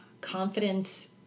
confidence